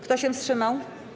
Kto się wstrzymał?